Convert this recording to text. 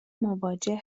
مواجه